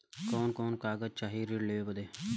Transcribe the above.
कवन कवन कागज चाही ऋण लेवे बदे?